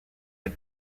had